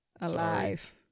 alive